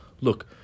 look